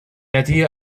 idea